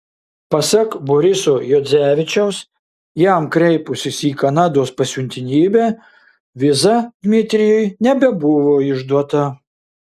pasak boriso juodzevičiaus jam kreipusis į kanados pasiuntinybę viza dmitrijui nebebuvo išduota